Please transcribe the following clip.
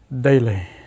daily